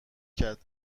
کرد